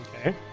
Okay